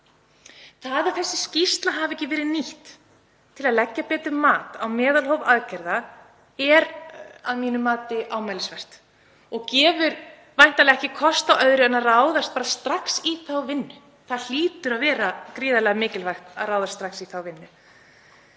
Það að þessi skýrsla hafi ekki verið nýtt til að leggja betur mat á meðalhóf aðgerða er að mínu mati ámælisvert og gefur væntanlega ekki kost á öðru en að ráðast strax í þá vinnu. Það hlýtur að vera gríðarlega mikilvægt að ráðast strax í þá vinnu.